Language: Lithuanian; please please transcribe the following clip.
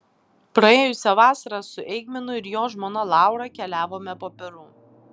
praėjusią vasarą su eigminu ir jo žmona laura keliavome po peru